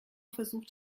versucht